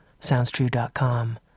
SoundsTrue.com